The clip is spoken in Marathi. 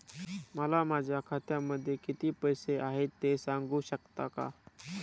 मला माझ्या खात्यामध्ये किती पैसे आहेत ते सांगू शकता का?